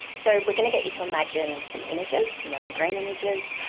so were going to get you to imagine some images, some red and green images,